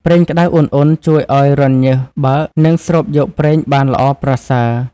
ប្រេងក្តៅឧណ្ហៗជួយឲ្យរន្ធញើសបើក និងស្រូបយកប្រេងបានល្អប្រសើរ។